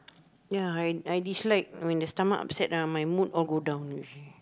ya I I dislike when the stomach upset ah my mood all go down already